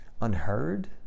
unheard